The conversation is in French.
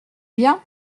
bien